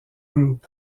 group